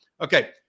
Okay